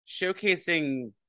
showcasing